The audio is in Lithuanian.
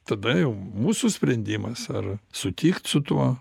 tada jau mūsų sprendimas ar sutikt su tuo